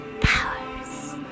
Powers